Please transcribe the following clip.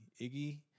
Iggy